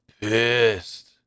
pissed